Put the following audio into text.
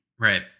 Right